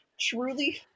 Truly